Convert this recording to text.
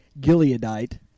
Gileadite